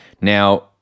Now